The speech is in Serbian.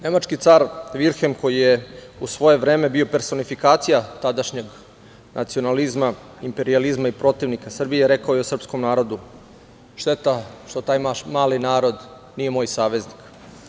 Nemački car Vilhem koji je u svoje vreme bio personifikacija tadašnjeg nacionalizma, imperijalizma i protivnika Srbije, rekao je o srpskom narodu – šteta što taj mali narod nije moj saveznik.